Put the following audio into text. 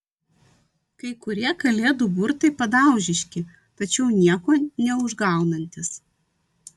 kai kurie kalėdų burtai padaužiški tačiau nieko neužgaunantys